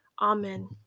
Amen